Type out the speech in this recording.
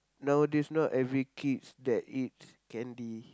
nowadays not every kids that eats candy